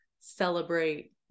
celebrate